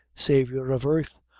savior of earth,